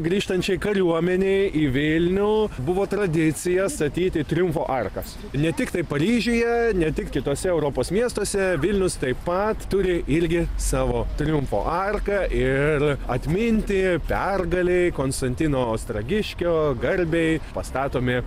grįžtančiai kariuomenei į vilnių buvo tradicija statyti triumfo arkas ne tiktai paryžiuje ne tik kitose europos miestuose vilnius taip pat turi irgi savo triumfo arką ir atminti pergalei konstantino ostragiškio garbei pastatomi